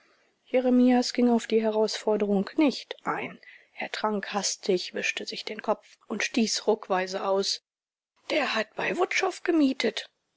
jeremias ging auf die herausforderung nicht ein er trank hastig wischte sich den mund und stieß ruckweise aus der hat bei wutschow gemietet